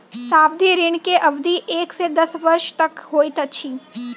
सावधि ऋण के अवधि एक से दस वर्ष तक होइत अछि